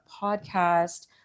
podcast